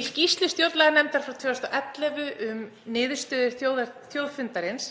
Í skýrslu stjórnlaganefndar frá 2011 um niðurstöður þjóðfundarins